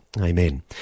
Amen